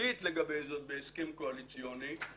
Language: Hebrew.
כללית לגבי זאת בהסכם קואליציוני.